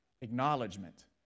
Acknowledgement